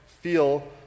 feel